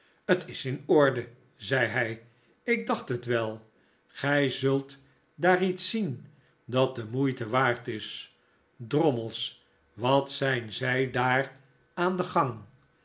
t is in orde zei hij ik dacht het wel gij zult daar iets zien dat de moeite waard is drommels wat zijn zij daar aan den gang